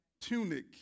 tunic